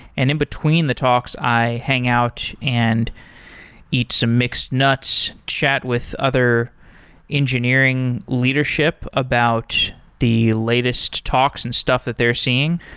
and in between the talks i hang out and eat some mixed nuts, chat with other engineering leadership about the latest talks and stuff that they're seeing,